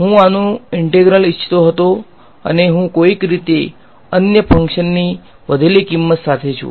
તેથી હું આનુ ઈંટેગ્રલ ઇચ્છતો હતો અને હું કોઈક રીતે અન્ય ફંક્શનની વધેલી કિંમત સાથે છું